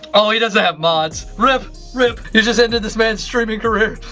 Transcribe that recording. oh he doesn't have mods. rip rip. you just ended this man's streaming career.